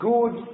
Good